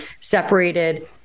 separated